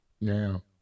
Now